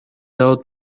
out